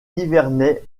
nivernais